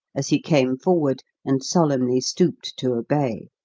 as he came forward and solemnly stooped to obey.